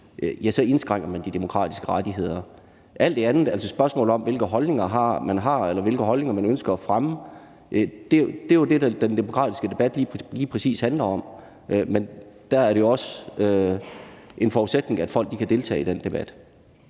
så indskrænker man de demokratiske rettigheder. Alt det andet, altså spørgsmålet om, hvilke holdninger man har, eller hvilke holdninger man ønsker at fremme, er jo lige præcis det, den demokratiske debat handler om, men der er det også en forudsætning, at folk kan deltage i den debat.